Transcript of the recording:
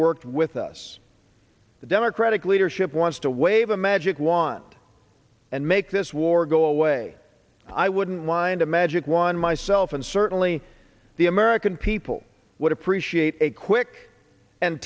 worked with us the democratic leadership wants to wave a magic wand and make this war go away i wouldn't mind a magic one myself and certainly the american people would appreciate a quick and